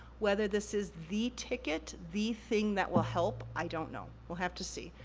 whether this is the ticket, the thing that will help, i don't know, we'll have to see.